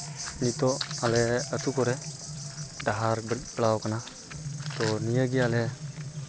ᱱᱤᱛᱚᱜ ᱟᱞᱮ ᱟᱹᱛᱩ ᱠᱚᱨᱮ ᱰᱟᱦᱟᱨ ᱵᱟᱹᱲᱤᱡ ᱪᱟᱞᱟᱣ ᱠᱟᱱᱟ ᱛᱳ ᱱᱤᱭᱟᱹᱜᱮ ᱟᱞᱮ